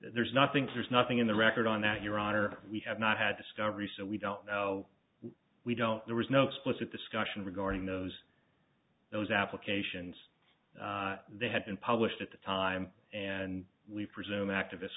there's nothing there's nothing in the record on that your honor we have not had discovery so we don't know we don't there was no explicit discussion regarding those those applications they had been published at the time and we presume activists